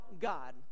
God